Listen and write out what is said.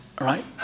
Right